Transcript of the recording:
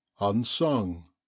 unsung